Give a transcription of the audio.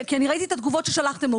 כי אני ראיתי את התגובות ששלחתם לו.